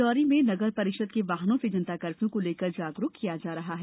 डिंडोरी में नगर परिषद के वाहनों से जनता कर्फ्यू को लेकर जागरूक किया जा रहा है